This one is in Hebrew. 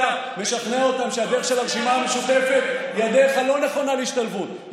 שהדרך של הרשימה המשותפת היא הדרך הלא-נכונה להשתלבות,